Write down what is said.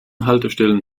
haltestellen